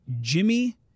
Jimmy